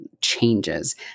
changes